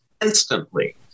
instantly